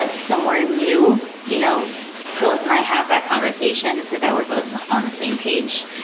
ah somewhere new, you know filip and i have that conversation so that we're both on the same page.